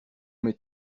mais